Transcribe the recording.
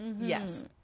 yes